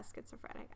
schizophrenic